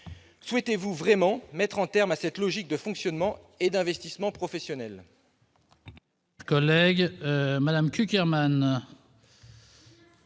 chers collègues, mettre un terme à cette logique de fonctionnement et d'investissement professionnel ?